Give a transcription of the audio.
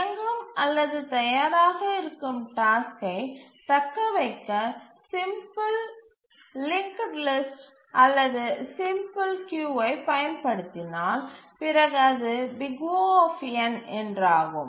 இயங்கும் அல்லது தயாராக இருக்கும் டாஸ்க்கை தக்கவைக்க சிம்பிள் லிங்கிடு லிஸ்ட் அல்லது சிம்பிள் கியூவை பயன்படுத்தினால் பிறகு அது O என்றாகும்